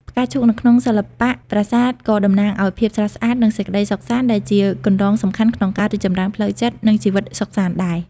ផ្កាឈូកនៅក្នុងសិល្បៈប្រាសាទក៏តំណាងឲ្យ ភាពស្រស់ស្អាត និងសេចក្ដីសុខសាន្ត ដែលជាគន្លងសំខាន់ក្នុងការរីកចម្រើនផ្លូវចិត្ត និងជីវិតសុខសាន្តដែរ។